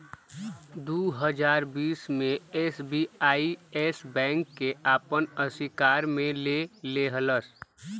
दू हज़ार बीस मे एस.बी.आई येस बैंक के आपन अशिकार मे ले लेहलस